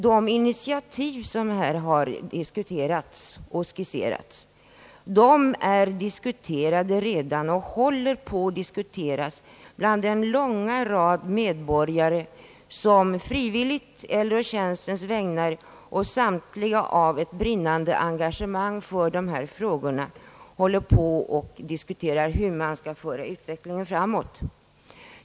De initiativ som här har diskuterats och skisserats har redan diskuterats och håller på att diskuteras bland den långa rad av medborgare som frivilligt eller å tjänstens vägnar och som brinnande av intresse för dessa frågor vill föra utvecklingen framåt.